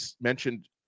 mentioned